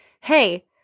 hey